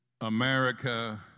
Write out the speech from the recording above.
America